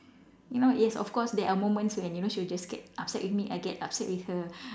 you know yes of course there are moments when you know she will just get upset with me I get upset with her